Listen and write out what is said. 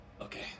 Okay